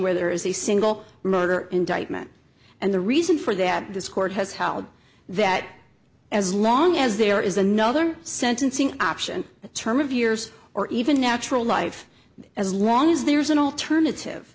where there is a single murder indictment and the reason for that this court has held that as long as there is another sentencing option a term of years or even natural life as long as there is an alternative